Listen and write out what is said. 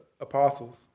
apostles